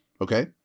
Okay